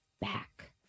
back